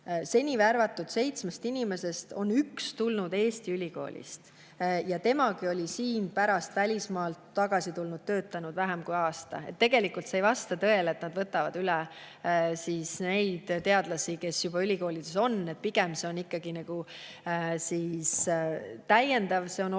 seni värvatud seitsmest inimesest on üks tulnud Eesti ülikoolist ja temagi oli siin pärast välismaalt tagasitulemist töötanud vähem kui aasta. Tegelikult see ei vasta tõele, et nad võtavad üle neid teadlasi, kes juba ülikoolides on, pigem see on ikkagi täiendav. See on olnud